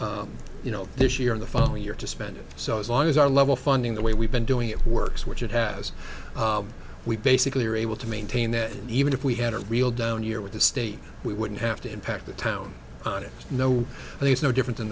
know this year in the following year to spend it so as long as our level funding the way we've been doing it works which it has we basically are able to maintain that even if we had a real down year with the state we wouldn't have to impact the town on it no there's no differen